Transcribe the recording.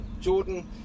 Jordan